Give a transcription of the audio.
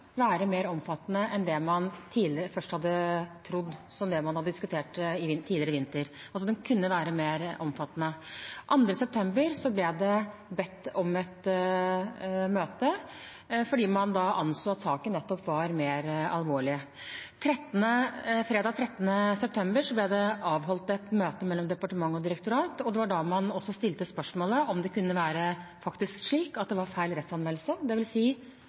være mer omfattende enn det man først hadde trodd, som det man diskuterte tidligere, altså at den kunne være mer omfattende. Den 2. september ble det bedt om et møte, fordi man da anså at saken nettopp var mer alvorlig. Fredag 13. september ble det avholdt et møte mellom departement og direktorat, og det var da man stilte spørsmålet om det faktisk kunne være slik at det var feil